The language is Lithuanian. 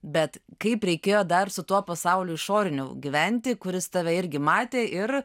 bet kaip reikėjo dar su tuo pasauliu išorinių gyventi kuris tave irgi matė ir